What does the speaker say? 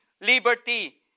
Liberty